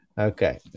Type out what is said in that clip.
Okay